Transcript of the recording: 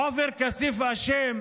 עופר כסיף אשם